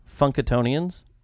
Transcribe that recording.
Funkatonians